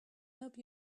hope